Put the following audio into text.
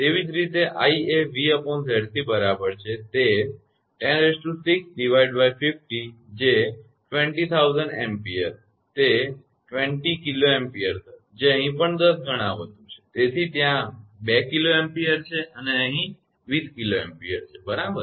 તેવી જ રીતે i એ 𝑉𝑍𝑐 બરાબર છે તે 1×10650 જે 20000 ampere છે તે 20 kA થશે જે અહીં પણ તે 10 ગણા વધુ છે તેથી ત્યાં 2 kA છે અને અહીં 20 kA છે બરાબર